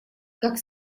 как